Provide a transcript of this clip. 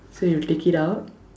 so you take it out